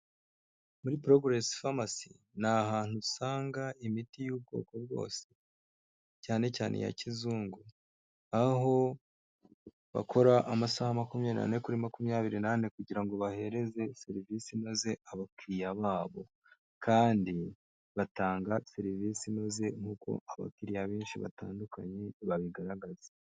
Muri Progress Pharmacy ni ahantu usanga imiti y'ubwoko bwose, cyane cyane iya kizungu, aho bakora amasaha makumyabiri n'ane kuri makumyabiri n'ane kugira ngo bahereze serivisi inoze abakiriya babo kandi batanga serivisi inoze nk'uko abakiriya benshi batandukanye babigaragaza.